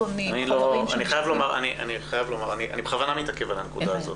אני בכוונה מתעכב על הנקודה הזאת,